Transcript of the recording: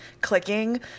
clicking